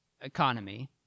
economy